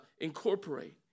incorporate